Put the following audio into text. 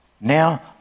Now